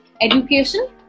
education